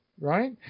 right